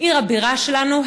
עיר הבירה שלנו,